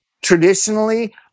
traditionally